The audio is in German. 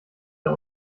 der